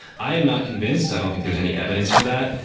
i am not convinced. i don't think there's any evidence for that,